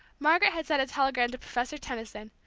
margaret had sent a telegram to professor tenison,